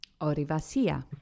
Orivasia